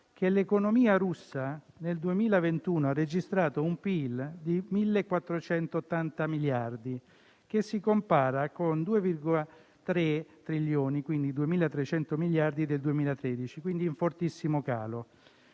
che l'economia russa nel 2021 ha registrato un PIL di 1.480 miliardi di dollari, a fronte dei 2,3 trilioni, quindi 2.300 miliardi del 2013, quindi in fortissimo calo.